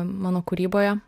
mano kūryboje